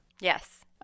Yes